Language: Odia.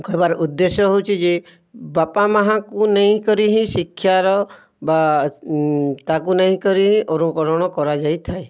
କହିବାର ଉଦ୍ଦେଶ୍ୟ ହେଉଛି ଯେ ବାପା ମାଆଙ୍କୁ ନେଇକରି ହିଁ ଶିକ୍ଷାର ବା ତାକୁ ନେଇକରି ହିଁ ଅନୁକରଣ କରାଯାଇଥାଏ